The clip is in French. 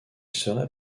serait